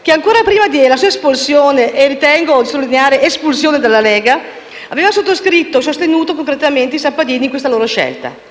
che ancora prima della sua espulsione - e tengo a sottolineare che di espulsione si è trattato - dalla Lega aveva sottoscritto e sostenuto concretamente i sappadini in questa loro scelta.